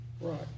Right